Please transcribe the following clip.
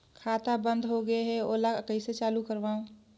खाता बन्द होगे है ओला कइसे चालू करवाओ?